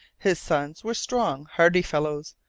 his sons were strong, hardy fellows,